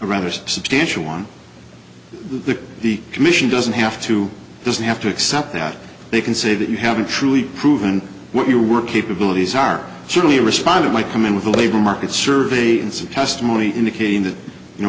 rather substantial one the the commission doesn't have to doesn't have to accept that they can say that you haven't truly proven what you were capabilities are certainly responded by coming with the labor market survey and some testimony indicating that you know